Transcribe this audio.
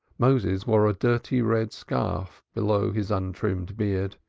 moses wore a dirty red scarf below his untrimmed beard,